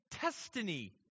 destiny